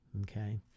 okay